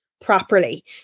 properly